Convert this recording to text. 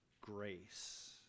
grace